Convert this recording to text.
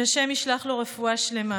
שהשם ישלח לו רפואה שלמה,